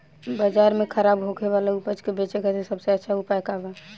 बाजार में खराब होखे वाला उपज के बेचे खातिर सबसे अच्छा उपाय का बा?